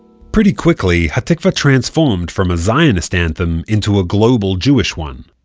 pretty quickly, ha'tikvah transformed from a zionist anthem into a global jewish one.